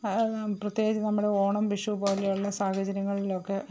പ്രത്യേകിച്ച് നമ്മുടെ ഓണം വിഷു പോലെയുള്ള സാഹചര്യങ്ങളിലൊക്കെ